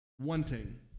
wanting